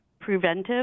preventive